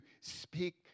speak